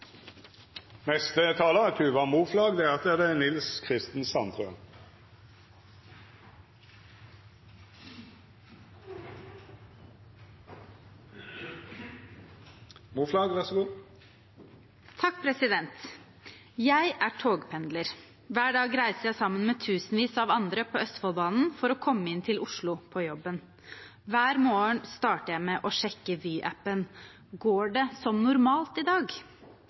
Jeg er togpendler. Hver dag reiser jeg sammen med tusenvis av andre på Østfoldbanen for å komme inn til Oslo på jobben. Hver morgen starter jeg med å sjekke Vy-appen. Går det som normalt i dag?